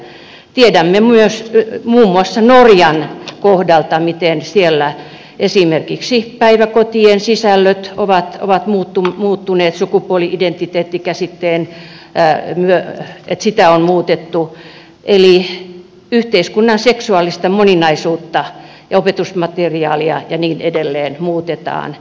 tiedämme myös muun muassa norjan kohdalta miten siellä esimerkiksi päiväkotien sisällöt ovat muuttuneet sukupuoli identiteettikäsitettä on muutettu eli yhteiskunnan seksuaalista moninaisuutta ja opetusmateriaalia ja niin edelleen muutetaan